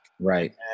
right